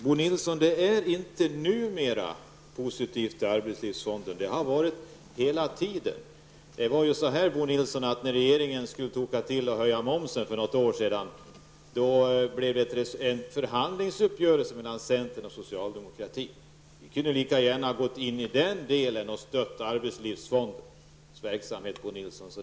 Herr talman! Det är inte bara numera, Bo Nilsson, som det är positivt med arbetslivsfonden. Det har det varit hela tiden. Men när regeringen skulle toka till och höja momsen för något år sedan, blev det en förhandlingsuppgörelse mellan centern och socialdemokratin. Vi kunde lika gärna ha gått in då och stött arbetslivsfondens verksamhet.